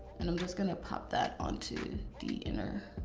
and i'm just gonna pop that onto the inner,